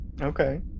Okay